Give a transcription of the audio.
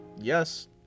Yes